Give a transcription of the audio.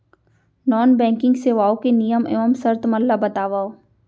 non banking सेवाओं के नियम एवं शर्त मन ला बतावव